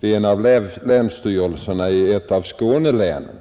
vid en av länsstyrelserna i ett av Skånelänen.